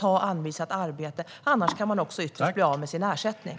Man måste ta anvisat arbete, annars kan man ytterst bli av med sin ersättning.